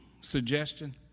suggestion